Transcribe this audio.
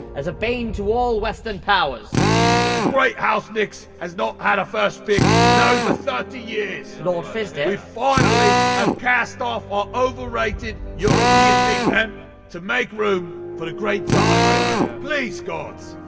as a bane to all western powers. the great house knicks has not had a first pick in over thirty years lord fizdale? we finally have cast off our overrated european big man to make room for the great zion please, gods,